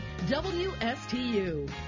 WSTU